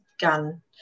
gun